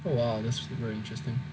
!wah! that's very interesting